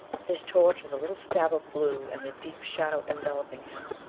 his torch was a little stab of blue in the deep shadow enveloping him.